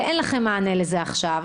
ואין לכם מענה לזה עכשיו,